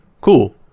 cool